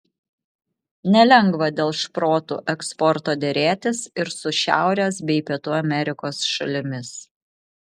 nelengva dėl šprotų eksporto derėtis ir su šiaurės bei pietų amerikos šalimis